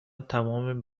تمام